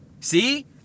See